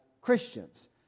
Christians